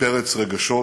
בפרץ רגשות